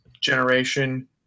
generation